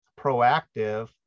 proactive